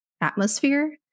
atmosphere